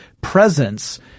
presence